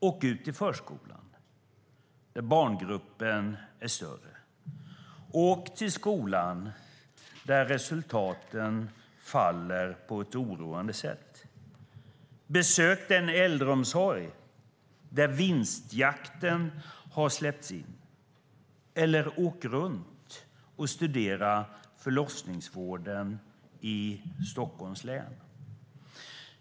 Åk ut till förskolan där barngruppen är större! Åk till skolan där resultaten faller på ett oroande sätt! Besök den äldreomsorg där vinstjakten har släppts in! Eller åk runt och studera förlossningsvården i Stockholms län!